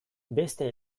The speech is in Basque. beste